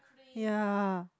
yea